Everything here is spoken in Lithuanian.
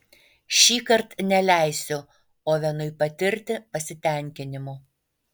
šįkart neleisiu ovenui patirti pasitenkinimo